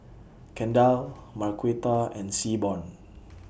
Kendall Marquita and Seaborn